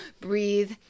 Breathe